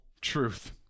truth